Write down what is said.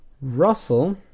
Russell